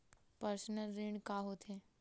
Personal ऋण का होथे?